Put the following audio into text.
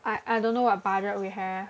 I I don't know what budget we have